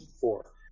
four